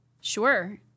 Sure